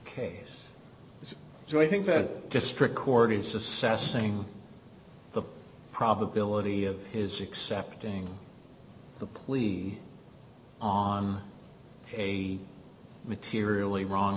so i think that district court is assessing the probability of his accepting the plea on a materially wrong